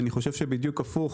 אני חושב שבדיוק הפוך.